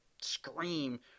scream